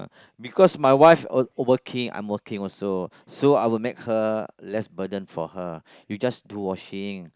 because my wife uh working I'm working also so I will make her less burden for her you just do washing